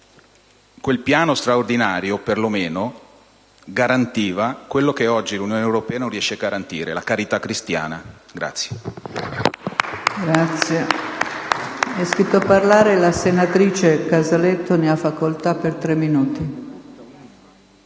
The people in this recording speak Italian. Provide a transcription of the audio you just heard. quel piano straordinario per lo meno garantiva quello che oggi l'Unione europea non riesce a garantire: la carità cristiana.